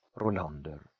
Rolander